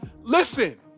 Listen